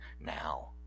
now